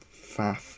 faff